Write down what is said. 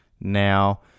Now